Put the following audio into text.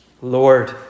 Lord